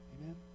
amen